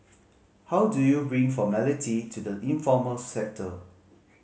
how do you bring formality to the informal sector